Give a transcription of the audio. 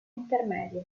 intermedie